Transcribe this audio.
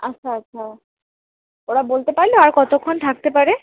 আচ্ছা আচ্ছা ওরা বলতে পারলো আর কতক্ষণ থাকতে পারে